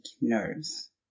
nerves